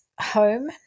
home